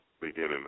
beginning